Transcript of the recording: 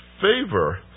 favor